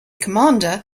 commander